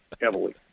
heavily